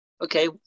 Okay